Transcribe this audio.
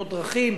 תאונות דרכים,